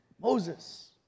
Moses